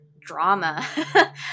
drama